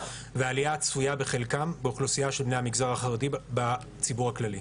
והעלייה הצפויה בחלקם באוכלוסייה של בני המגזר החרדי בציבור הכללי.